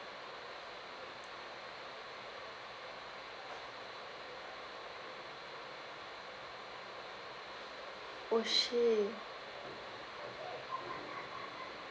oh shit